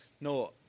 No